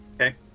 okay